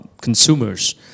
consumers